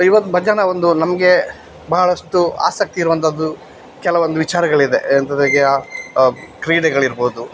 ಇವತ್ತು ಭಜನೆ ಒಂದು ನಮಗೆ ಬಹಳಷ್ಟು ಆಸಕ್ತಿ ಇರುವಂಥದ್ದು ಕೆಲವೊಂದು ವಿಚಾರಗಳಿದೆ ಎಂತದಕ್ಕೆ ಕ್ರೀಡೆಗಳಿರ್ಬೋದು